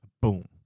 Boom